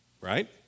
right